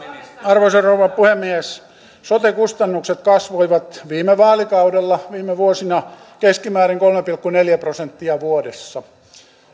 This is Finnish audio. arvoisa rouva puhemies sote kustannukset kasvoivat viime vaalikaudella viime vuosina keskimäärin kolme pilkku neljä prosenttia vuodessa